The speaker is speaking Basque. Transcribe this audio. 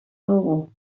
dugu